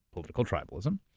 political tribalism.